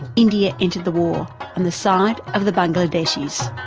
india entered the war on the side of the bangladeshis.